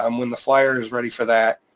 um when the flyer is ready for that,